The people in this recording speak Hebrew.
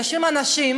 יושבים אנשים,